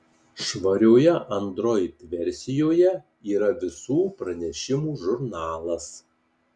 švarioje android versijoje yra visų pranešimų žurnalas